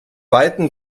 weitem